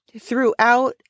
throughout